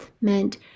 meant